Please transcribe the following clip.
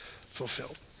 fulfilled